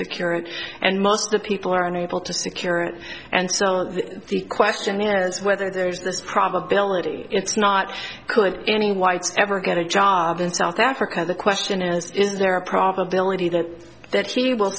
secure it and most of people are unable to secure it and so the question is whether there is this probability it's not could any whites ever get a job in south africa the question is is there a probability that that she will